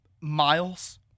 miles